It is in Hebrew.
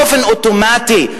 באופן אוטומטי,